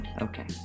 Okay